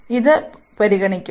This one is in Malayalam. അതിനാൽ ഇത് പരിഗണിക്കും